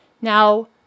Now